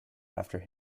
after